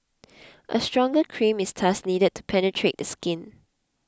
a stronger cream is thus needed to penetrate the skin